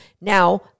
Now